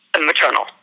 Maternal